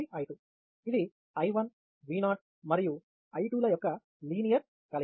I2 ఇది I1 V0 మరియు I2 ల యొక్క లీనియర్ కలయిక